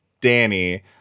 Danny